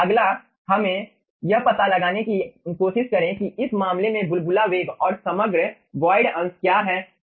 अगला हमें यह पता लगाने की कोशिश करें कि इस मामले में बुलबुला वेग और समग्र वॉइड अंश क्या है